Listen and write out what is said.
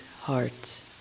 heart